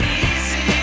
easy